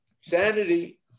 Sanity